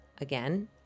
Again